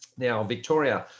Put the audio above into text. now victoria,